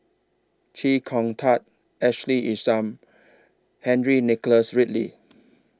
Chee Kong Tet Ashley Isham Henry Nicholas Ridley